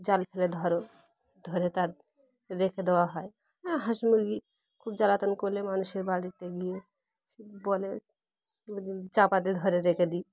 জাল ফেলে ধরে ধরে তার রেখে দেওয়া হয় হ্যাঁ হাঁস মুরগি খুব জ্বালাতন করলে মানুষের বাড়িতে গিয়ে বলে চাপা দিয়ে ধরে রেখে দিই